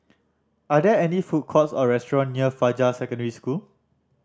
are there any food courts or restaurant near Fajar Secondary School